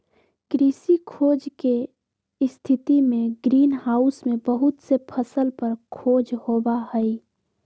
कृषि खोज के स्थितिमें ग्रीन हाउस में बहुत से फसल पर खोज होबा हई